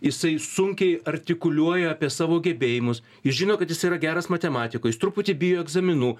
jisai sunkiai artikuliuoja apie savo gebėjimus jis žino kad jis yra geras matematikas jis truputį bijo egzaminų